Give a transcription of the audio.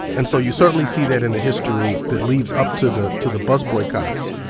and so you certainly see that in the history that leads up to the to the bus boycotts.